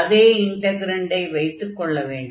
அதே இன்டக்ரன்டை வைத்துக் கொள்ள வேண்டும்